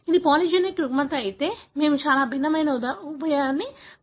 ఇది పాలిజెనిక్ రుగ్మత అయితే మేము చాలా భిన్నమైన విధానాన్ని ఉపయోగిస్తాము